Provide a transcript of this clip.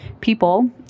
people